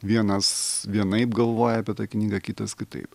vienas vienaip galvoja apie tą knygą kitas kitaip